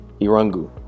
Irungu